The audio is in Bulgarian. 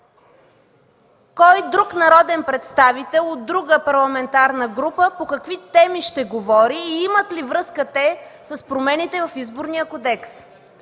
кой друг народен представител от друга парламентарна група по какви теми ще говори и имат ли връзка те с промените в Изборния кодекс.